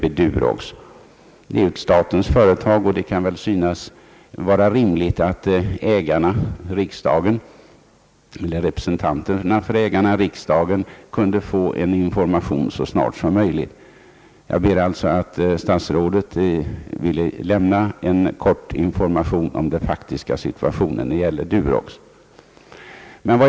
Det är ju ett statligt företag, och det kan därför synas rimligt att representanterna för ägarna, riksdagen, får en information så snart som möjligt. Jag ber därför herr statsrådet lämna en kort information om den faktiska situationen beträffande Durox.